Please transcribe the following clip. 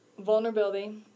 vulnerability